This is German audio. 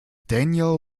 daniel